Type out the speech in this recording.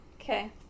Okay